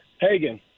Hagen